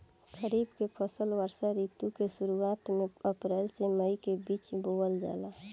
खरीफ के फसल वर्षा ऋतु के शुरुआत में अप्रैल से मई के बीच बोअल जाला